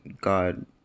God